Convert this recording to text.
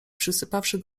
przysypawszy